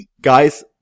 guys